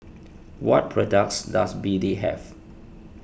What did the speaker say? what products does B D have